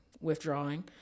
withdrawing